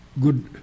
good